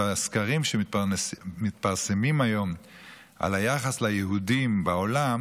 בסקרים שמתפרסמים היום על היחס ליהודים בעולם